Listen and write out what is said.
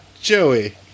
Joey